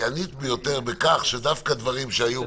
השיאנית ביותר בכך שדווקא דברים שהיו --- יעקב,